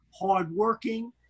hardworking